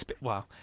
Wow